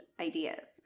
ideas